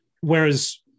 Whereas